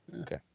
Okay